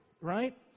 Right